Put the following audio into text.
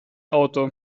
auto